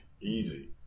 easy